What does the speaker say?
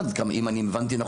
אם אני הבנתי נכון,